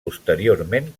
posteriorment